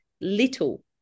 little